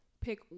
Pick